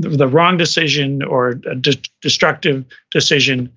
the the wrong decision, or a destructive decision.